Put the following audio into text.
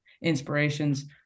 inspirations